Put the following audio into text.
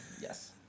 Yes